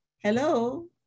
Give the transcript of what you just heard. Hello